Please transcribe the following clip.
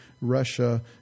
Russia